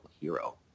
hero